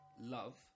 Love